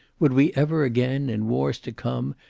would we ever again, in wars to come,